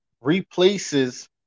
replaces